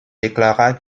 déclara